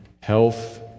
health